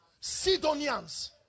Sidonians